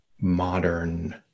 modern